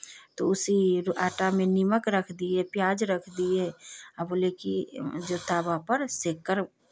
तो उसी रो आटा में नमक रख दिए प्याज रख दिए और बोले कि जो तवा पर सेंककर